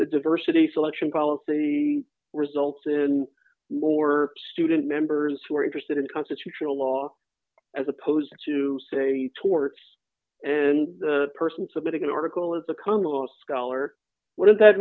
the diversity selection policy results in more student members who are interested in constitutional law as opposed to torts and the person submitting an article as a common law scholar what does that